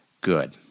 good